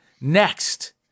Next